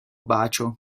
bacio